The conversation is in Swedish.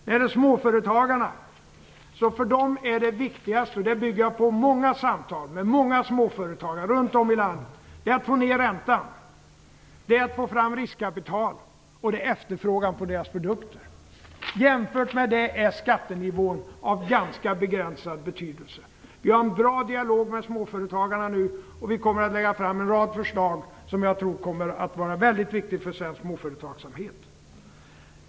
För småföretagarna är det viktigast - det påståendet bygger jag på många samtal med många småföretagare runt om i landet - att få ner räntan, att få fram riskkapital och att det är efterfrågan på deras produkter. Jämfört med det är skattenivån av ganska begränsad betydelse. Vi har en bra dialog med småföretagarna nu, och vi kommer att lägga fram en rad förslag som jag tror kommer att vara mycket viktiga för svensk småföretagsamhet.